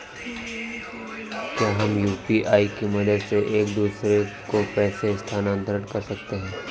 क्या हम यू.पी.आई की मदद से एक दूसरे को पैसे स्थानांतरण कर सकते हैं?